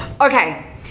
Okay